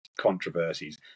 controversies